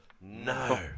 no